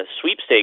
sweepstakes